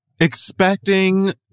expecting